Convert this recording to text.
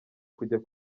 kujya